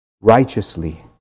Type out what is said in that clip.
righteously